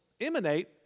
emanate